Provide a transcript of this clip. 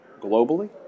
globally